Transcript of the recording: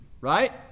right